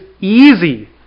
easy